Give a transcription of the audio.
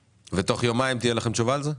ותוך יומיים תהיה לכם תשובה על זה?